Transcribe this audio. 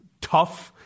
tough